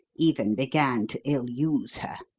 even began to ill-use her.